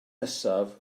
nesaf